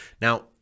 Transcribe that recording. Now